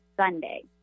Sunday